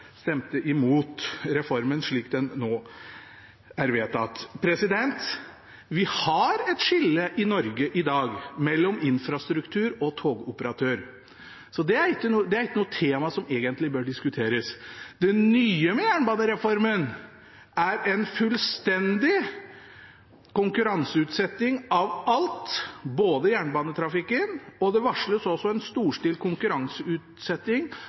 stemte imot reformen slik den nå er vedtatt. Vi har et skille i Norge i dag mellom infrastruktur og togoperatør. Det er ikke noe tema som egentlig bør diskuteres. Det nye med jernbanereformen er en fullstendig konkurranseutsetting av alt – ikke bare av jernbanetrafikken. Det varsles også en storstilt konkurranseutsetting